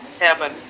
heaven